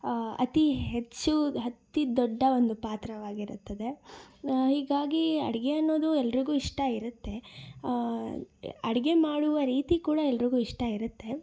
ಅತಿ ಹೆಚ್ಚು ಅತೀ ದೊಡ್ಡ ಒಂದು ಪಾತ್ರವಾಗಿರುತ್ತದೆ ಹೀಗಾಗಿ ಅಡುಗೆ ಅನ್ನೋದು ಎಲ್ರಿಗೂ ಇಷ್ಟ ಇರುತ್ತೆ ಅಡುಗೆ ಮಾಡುವ ರೀತಿ ಕೂಡ ಎಲ್ರಿಗೂ ಇಷ್ಟ ಇರುತ್ತೆ